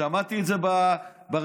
שמעתי את זה ברשתות.